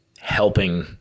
helping